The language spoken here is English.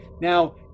now